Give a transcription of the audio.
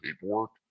paperwork